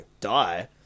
die